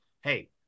Hey